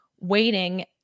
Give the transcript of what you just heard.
waiting